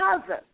cousin